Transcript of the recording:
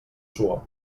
suor